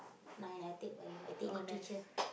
ah I take Bio I take Literature